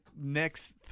next